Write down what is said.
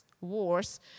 Wars